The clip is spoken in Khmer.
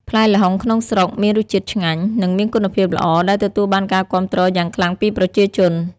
ផ្លែល្ហុងក្នុងស្រុកមានរសជាតិឆ្ងាញ់ និងមានគុណភាពល្អ ដែលទទួលបានការគាំទ្រយ៉ាងខ្លាំងពីប្រជាជន។